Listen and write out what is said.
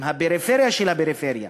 הם הפריפריה של הפריפריה